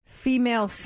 Female